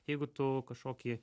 jeigu tu kažkokį